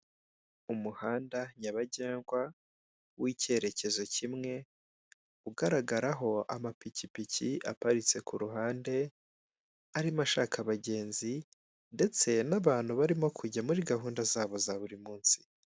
Umuhanda nyabagendwa, w'ikerekezo kimwe, ugaragara ho amapikipiki aparitse ku ruhande, arimo ashaka abagenzi, ndetse n'abantu barimo kujya muri gahunda zabo za buri munsi.